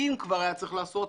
אם כבר היה צריך לעשות,